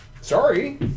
Sorry